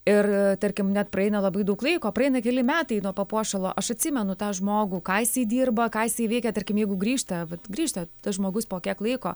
ir tarkim net praeina labai daug laiko praeina keli metai nuo papuošalo aš atsimenu tą žmogų ką jisai dirba ką jisai veikia tarkim jeigu grįžta va grįžta tas žmogus po kiek laiko